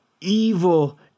evil